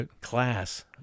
class